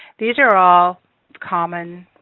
these are all common